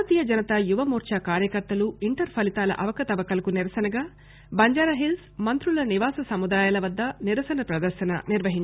భారతీయ జనతా యువత మోర్చా కార్యకర్తలు ఇంటర్ ఫలితాల అవకతవకలకు నిరసనగా బంజారాహిల్స్ మంత్రుల నివాస సముదాయాల వద్ద నిరసన ప్రదర్శన నిర్వహించారు